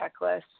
checklist